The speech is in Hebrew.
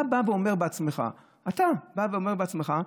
אתה בא ואומר בעצמך, אתה בא ואומר בעצמך,